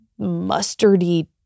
mustardy